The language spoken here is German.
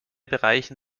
bereichen